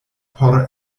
por